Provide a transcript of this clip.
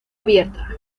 abierta